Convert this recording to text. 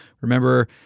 Remember